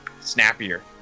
snappier